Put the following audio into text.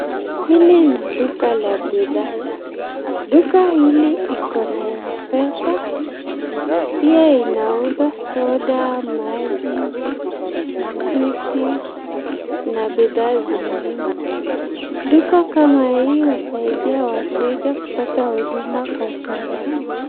Hili ni duka la bidhaa. Duka hili iko na Mpesa. Pia inauza soda, maji switi na bidhaa zingine. Duka kama hii husaidia wateja kupata huduma kwa ukaribu.